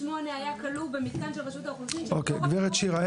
ילד בן שמונה היה כלוא במתקן של רשות האוכלוסין- -- גברת שירה,